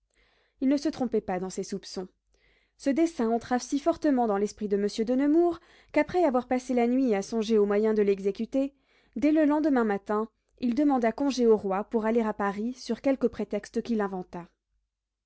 il ne se trompait pas dans ses soupçons ce dessein entra si fortement dans l'esprit de monsieur de nemours qu'après avoir passé la nuit à songer aux moyens de l'exécuter dès le lendemain matin il demanda congé au roi pour aller à paris sur quelque prétexte qu'il